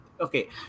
okay